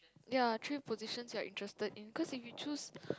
ya three positions you are interested in cause if you choose